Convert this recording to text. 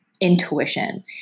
intuition